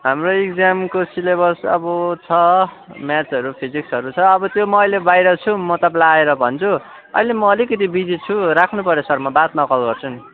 हाम्रो एक्जामको सिलेबस अब छ म्याथ्सहरू फिजिक्सहरू छ अब त्यो म अहिले बाहिर छु म तपाईँलाई आएर भन्छु अहिले म अलिकति बिजी छु राख्नुपर्यो सर म बादमा कल गर्छु नि